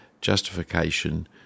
justification